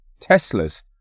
Teslas